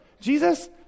Jesus